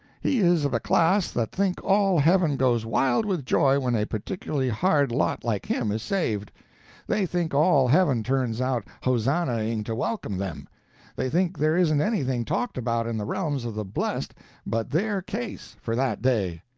he is of a class that think all heaven goes wild with joy when a particularly hard lot like him is saved they think all heaven turns out hosannahing to welcome them they think there isn't anything talked about in the realms of the blest but their case, for that day.